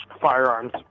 firearms